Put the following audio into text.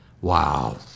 Wow